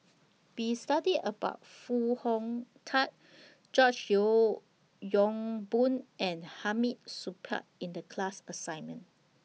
We studied about Foo Hong Tatt George Yeo Yong Boon and Hamid Supaat in The class assignment